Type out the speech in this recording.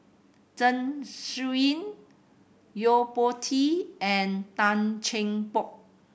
Zeng Shouyin Yo Po Tee and Tan Cheng Bock